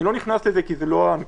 אני לא נכנס לזה, כי זו לא הנקודה.